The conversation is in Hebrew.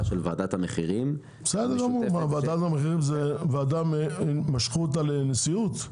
של ועדת המחירים המשותפת --- זו ועדה שמשכו אותה לנשיאות?